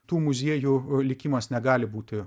tų muziejų likimas negali būti